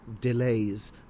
delays